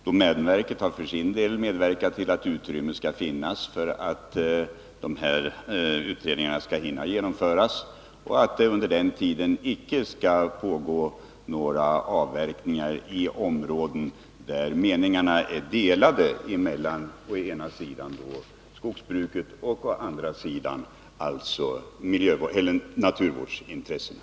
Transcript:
Domänverket har för sin del medverkat till att tillräckligt utrymme skall finnas för att utredningarna skall hinna genomföras och till att det under tiden icke skall pågå några avverkningar i de områden där det råder delade meningar mellan å ena sidan skogsbruket och å andra sidan naturvårdsintressena.